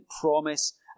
promise